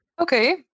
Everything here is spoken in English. okay